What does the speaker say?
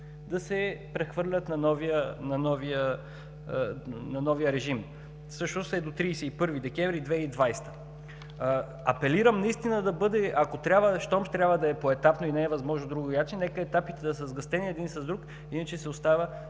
да се прехвърлят на новия режим, всъщност до 31 декември 2020 г. Апелирам наистина, щом ще трябва да е поетапно и не е възможно другояче, нека етапите да са сгъстени един с друг, иначе системата